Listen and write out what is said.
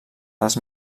les